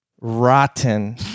rotten